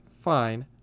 fine